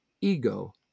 ego